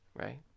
right